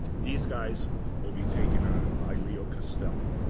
these guys will be taken on by leo castelli.